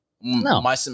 No